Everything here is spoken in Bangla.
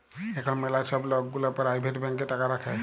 এখল ম্যালা ছব লক গুলা পারাইভেট ব্যাংকে টাকা রাখে